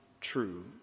true